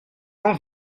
quand